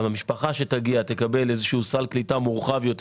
המשפחה שתגיע תקבל איזשהו סל קליטה מורחב יותר